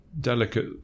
delicate